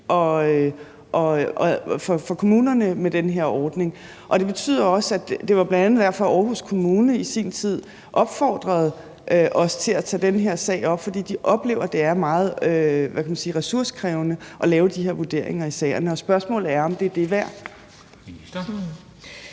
for kommunerne at have den her ordning. Det var bl.a. derfor, at Aarhus Kommune i sin tid opfordrede os til at tage den her sag op, fordi de oplever, at det er meget ressourcekrævende at lave de her vurderinger i sagerne. Spørgsmålet er, om det er det